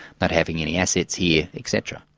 but having any assets here, etc.